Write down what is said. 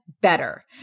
better